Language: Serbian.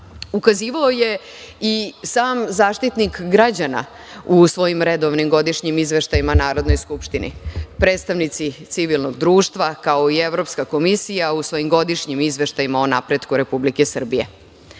ukazivao je i sam Zaštitnik građana u svojim redovnim godišnjim izveštajima Narodnoj skupštini, predstavnici civilnog društva, kao i Evropska komisija u svojim godišnjim izveštajima o napretku Republike Srbije.U